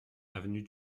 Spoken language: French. avenue